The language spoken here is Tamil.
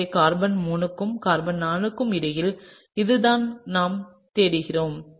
எனவே கார்பன் 3 க்கும் கார்பன் 4 க்கும் இடையில் இதுதான் நாம் தேடுகிறோம்